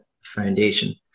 foundation